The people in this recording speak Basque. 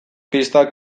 pistak